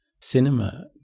cinema